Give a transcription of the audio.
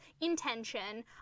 intention